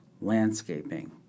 landscaping